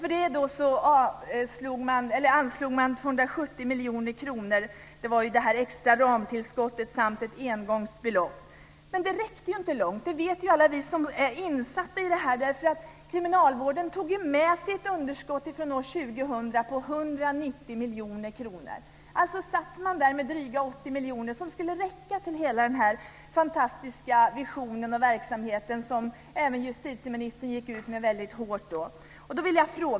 För det anslog man 270 miljoner kronor i extra ramtillskott samt ett engångsbelopp. Men det räckte inte långt. Det vet alla vi som är insatta i detta. Kriminalvården tog med sitt underskott från år 2000 på 190 miljoner kronor. Där satt man med dryga 80 miljoner som skulle räcka till hela den fantastiska visionen och verksamheten, något som även justitieministern gick ut med väldigt hårt.